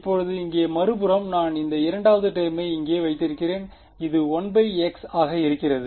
இப்போது இங்கே மறுபுறம் நான் இந்த இரண்டாவது டெர்மை இங்கே வைத்திருக்கிறேன் இது 1 x ஆக இருக்கிறது